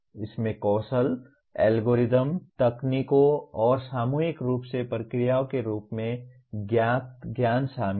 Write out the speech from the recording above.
इसमें कौशल एल्गोरिदम तकनीकों और सामूहिक रूप से प्रक्रियाओं के रूप में ज्ञात ज्ञान शामिल हैं